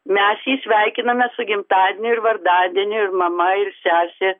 mes jį sveikiname su gimtadieniu ir vardadieniu ir mama ir sesė